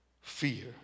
Fear